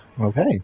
Okay